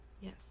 Yes